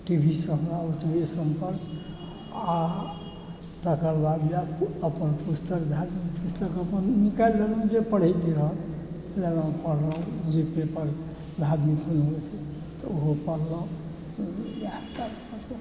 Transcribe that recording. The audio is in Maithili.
टीवीसँ हमरा ओतबे सम्पर्क आ तकर बाद वएह भऽ गेल पुस्तक अपन निकालि लेलहुँ जे पढ़ैके रहल लेलहुँ जे पेपर धार्मिक तऽ ओहो पढ़लहुँ इएह काज